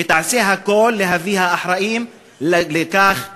ותעשה הכול להביא את האחראים לכך לדין.